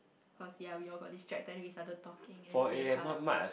cause ya we all got this we started talking and then playing cards